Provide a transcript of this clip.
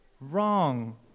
wrong